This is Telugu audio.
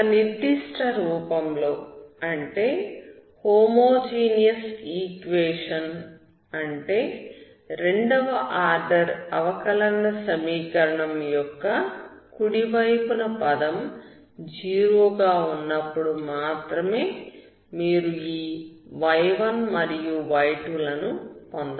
ఒక నిర్దిష్ట రూపంలో అంటే హోమోజీనియస్ ఈక్వేషన్ అంటే రెండవ ఆర్డర్ అవకలన సమీకరణం యొక్క కుడివైపున పదం 0 గా ఉన్నప్పుడు మాత్రమే మీరు ఈ y1 మరియు y2 లను పొందవచ్చు